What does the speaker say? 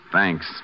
Thanks